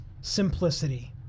simplicity